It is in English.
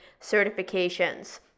certifications